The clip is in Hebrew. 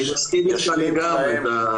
אני מסכים איתך לגמרי.